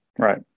Right